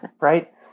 right